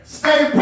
stay